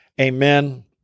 Amen